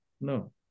No